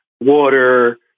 water